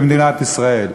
במדינת ישראל.